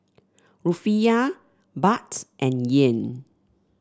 Rufiyaa Baht and Yen